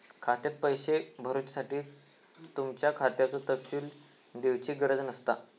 खात्यात पैशे भरुच्यासाठी तुमच्या खात्याचो तपशील दिवची गरज नसता